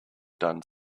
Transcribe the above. done